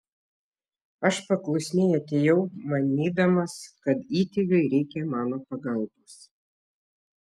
aš paklusniai atėjau manydamas kad įtėviui reikia mano pagalbos